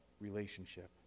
relationship